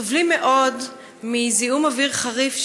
סובלים מאוד מזיהום אוויר חריף,